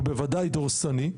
הוא בוודאי דורסני,